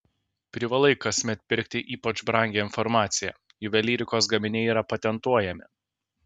privalai kasmet pirkti ypač brangią informaciją juvelyrikos gaminiai yra patentuojami